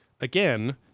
again